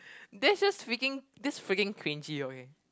that's just freaking that's freaking cringey okay